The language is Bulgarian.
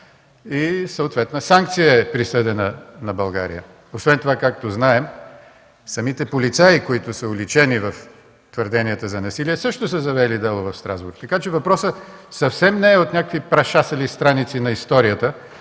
съответна санкция на България. Освен това, както знаем, самите полицаи, които са уличени в твърдението за насилие, също са завели дело в Страсбург. Така че въпросът съвсем не е от някакви прашасали страници на историята,